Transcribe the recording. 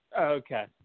Okay